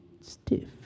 stiff